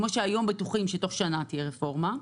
כמו שהיום בטוחים שתוך שנה תהיה רפורמה,